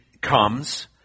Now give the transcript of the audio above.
comes